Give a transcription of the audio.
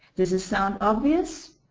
this sound obvious?